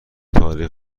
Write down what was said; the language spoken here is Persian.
تاریخ